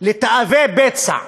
לתאבי בצע.